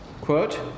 Quote